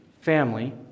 family